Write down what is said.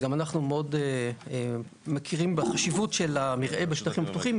גם אנחנו מכירים מאוד בחשיבות של המרעה בשטחים פתוחים,